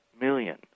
million